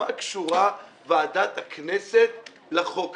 מה קשורה ועדת הכנסת לחוק הזה?